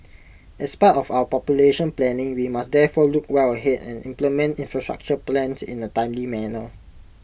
as part of our population planning we must therefore look well Head and implement infrastructure plans in A timely manner